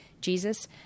Jesus